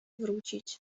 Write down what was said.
wrócić